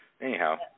Anyhow